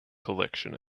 collection